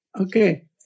Okay